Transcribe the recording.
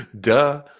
Duh